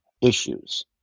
issues